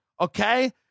okay